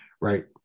right